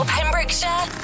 Pembrokeshire